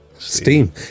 Steam